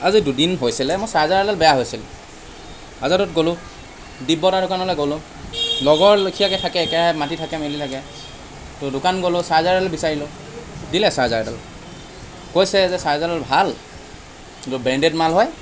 আজি দুদিন হৈছিলে মোৰ চাৰ্জাৰ এডাল বেয়া হৈছিল গ'লোঁ দিব্যদাৰ দোকানলে গ'লোঁ লগৰ লেখীয়াকে থাকে একেৰাহে মাতি থাকে মেলি থাকে ত' দোকান গ'লোঁ চাৰ্জাৰ এডাল বিচাৰিলোঁ দিলে চাৰ্জাৰ কৈছে যে চাৰ্জাৰডাল ভাল ব্ৰেণ্ডেড মাল হয়